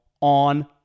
on